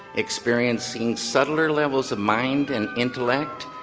experiencing subtler levels of mind and intellect,